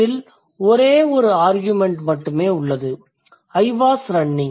இதில் ஒரே ஒரு ஆர்கியூமெண்ட் மட்டுமே உள்ளது I was running